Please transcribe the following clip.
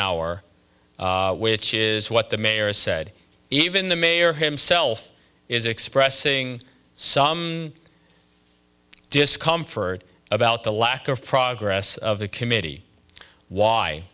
hour which is what the mayor said even the mayor himself is expressing some discomfort about the lack of progress of the committee why